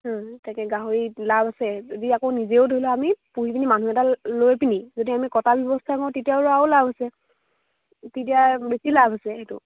তাকে গাহৰিত লাভ আছে যদি আকৌ নিজেও ধৰি লোৱা আমি পুহি পিনি মানুহ এটা লৈ পিনি যদি আমি কটাৰ ব্যৱস্থা কৰোঁ তেতিয়াও আৰু লাভ আছে তেতিয়া বেছি লাভ আছে সেইটো